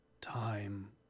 time